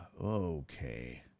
Okay